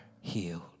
healed